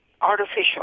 artificial